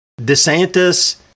DeSantis